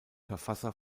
verfasser